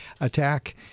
attack